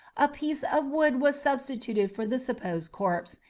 a piece of wood was substituted for the supposed corpse,